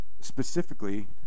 Specifically